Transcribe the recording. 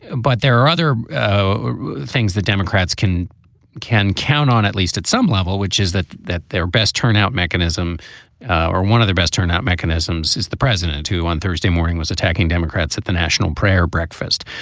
but there are other ah things the democrats can can count on, at least at some level, which is that that their best turnout mechanism or one of the best turnout mechanisms is the president, who on thursday morning was attacking democrats at the national prayer breakfast,